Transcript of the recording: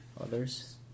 Others